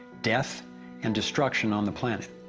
death and destruction on the planet.